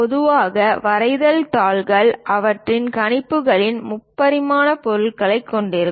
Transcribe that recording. பொதுவாக வரைதல் தாள்கள் அவற்றின் கணிப்புகளில் முப்பரிமாண பொருள்களைக் கொண்டிருக்கும்